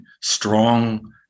strong